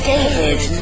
David